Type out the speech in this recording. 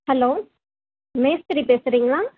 hello மேஸ்திரி பேசுகிறிங்களா